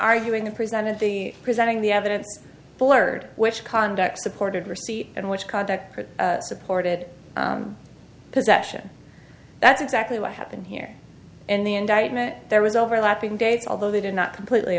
arguing the presented the presenting the evidence blurred which conduct supported receipt and which conduct supported possession that's exactly what happened here and the indictment there was overlapping dates although they did not completely